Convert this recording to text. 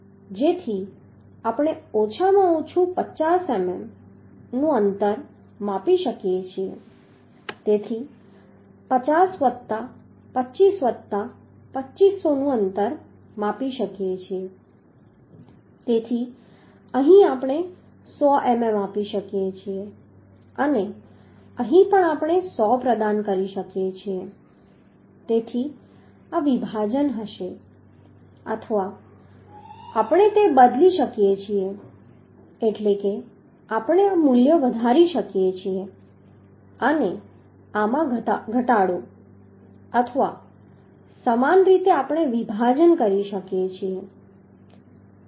જેથી આપણે ઓછામાં ઓછું 50 મીમીનું અંતર આપી શકીએ અને તેથી 50 વત્તા 25 વત્તા 2500નું અંતર આપી શકીએ છીએ તેથી અહીં આપણે 100 મીમી આપી શકીએ છીએ અને અહીં પણ આપણે 100 પ્રદાન કરી શકીએ છીએ તેથી આ વિભાજન હશે અથવા આપણે તે પણ બદલી શકીએ છીએ એટલે કે આપણે આ મૂલ્ય વધારી શકીએ છીએ અને આમાં ઘટાડો અથવા સમાન રીતે આપણે વિભાજન કરી શકીએ છીએ